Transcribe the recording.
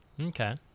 Okay